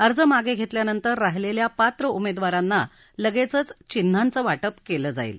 अर्ज मागे घेतल्यानंतर राहीलेल्या पात्र उमेदवारांना लगेचच चिन्हांचं वाटप केलं जाईल